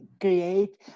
create